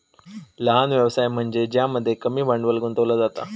लहान व्यवसाय म्हनज्ये ज्यामध्ये कमी भांडवल गुंतवला जाता